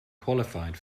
qualified